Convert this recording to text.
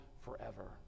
forever